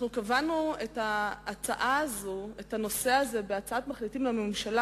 קבענו את הנושא הזה בהצעת מחליטים בממשלה